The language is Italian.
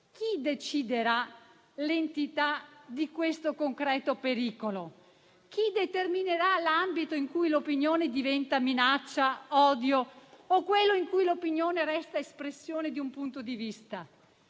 chi deciderà l'entità di questo concreto pericolo? Chi determinerà l'ambito in cui l'opinione diventa minaccia e odio o quello in cui l'opinione resta espressione di un punto di vista?